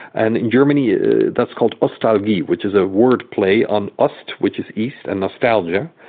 and in germany ah that's called ostalgie, which is a wordplay on ah ost, which is east, and nostalgia.